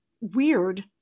weird